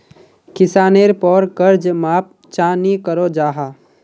किसानेर पोर कर्ज माप चाँ नी करो जाहा?